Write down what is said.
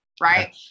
right